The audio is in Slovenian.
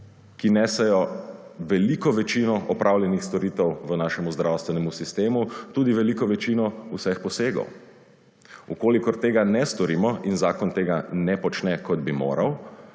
ki nosijo veliko večino opravljenih storitev v našem zdravstvenem sistemu, tudi veliko večino vseh posegov. Če tega ne storimo – in zakon tega ne počne, kot bi moral